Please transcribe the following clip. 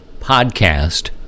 podcast